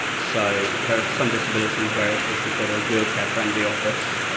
so, there are some disabilities where if if you've got a wheelchair friendly office,